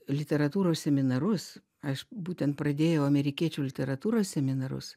literatūros seminarus aš būtent pradėjau amerikiečių literatūros seminarus